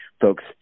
folks